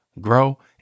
grow